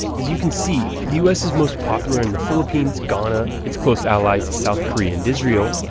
as you can see, the u s. is most popular in the philippines, ghana, it's close allies south korea and israel,